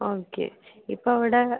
ആ ഓക്കെ ഇപ്പോൾ അവിടെ